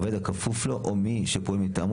עובד הכפוף או לו או מי שפועל מטעמו